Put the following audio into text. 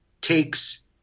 takes